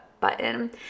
button